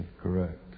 correct